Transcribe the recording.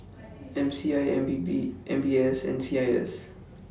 M C I M B B M B S and C I S